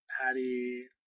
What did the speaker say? Patty